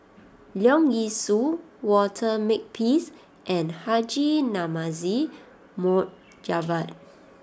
Leong Yee Soo Walter Makepeace and Haji Namazie Mohd Javad